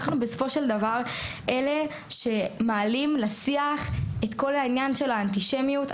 אנחנו בסופו של דבר אלה שמעלים לשיח את כל העניין של האנטישמיות.